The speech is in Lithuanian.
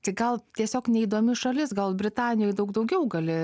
tai gal tiesiog neįdomi šalis gal britanijoj daug daugiau gali